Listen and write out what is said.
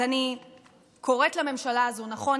אז אני קוראת לממשלה הזו: נכון,